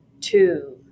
two